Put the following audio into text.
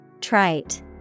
Trite